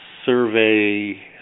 Survey